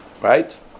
right